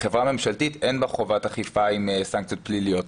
חברה ממשלתית אין בה חובת אכיפה עם סנקציות פליליות.